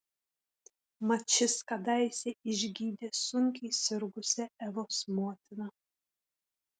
mat šis kadaise išgydė sunkiai sirgusią evos motiną